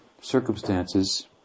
circumstances